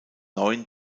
neuen